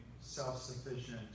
self-sufficient